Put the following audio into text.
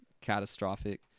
catastrophic